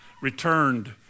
returned